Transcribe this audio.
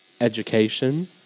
Education